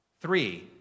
Three